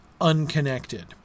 unconnected